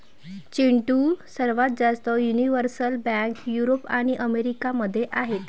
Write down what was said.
चिंटू, सर्वात जास्त universal bank Europe आणि अमेरिका मध्ये आहेत